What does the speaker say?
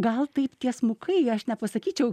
gal taip tiesmukai aš nepasakyčiau